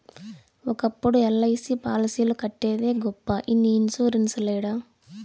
ఒకప్పుడు ఎల్.ఐ.సి పాలసీలు కట్టేదే గొప్ప ఇన్ని ఇన్సూరెన్స్ లేడ